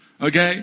Okay